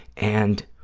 and